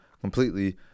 completely